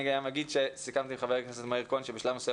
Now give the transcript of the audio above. אני גם אגיד שסיכמתי עם ח"כ מאיר כהן שבשלב מסוים